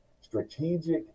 strategic